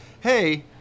hey